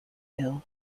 ill